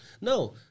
no